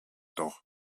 doch